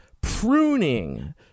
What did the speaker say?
Pruning